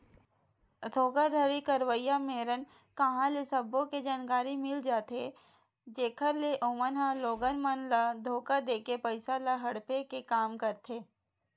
धोखाघड़ी करइया मेरन कांहा ले सब्बो के जानकारी मिल जाथे ते जेखर ले ओमन ह लोगन मन ल धोखा देके पइसा ल हड़पे के काम करथे